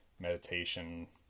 Meditation